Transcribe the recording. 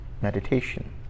meditation